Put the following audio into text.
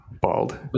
Bald